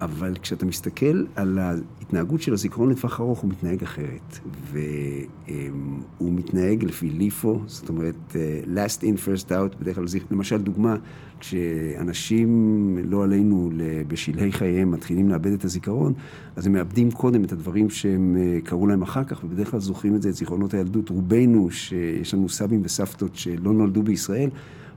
אבל כשאתה מסתכל על ההתנהגות של הזיכרון, לטווח ארוך הוא מתנהג אחרת. והוא מתנהג לפי LIFO, זאת אומרת, last in, first out. למשל, דוגמה, כשאנשים לא עלינו בשלהי חייהם, מתחילים לאבד את הזיכרון, אז הם מאבדים קודם את הדברים שהם קרו להם אחר כך, ובדרך כלל זוכרים את זה את זיכרונות הילדות. רובנו, שיש לנו סבים וסבתות שלא נולדו בישראל,